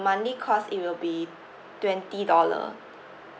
monthly cost it will be twenty dollar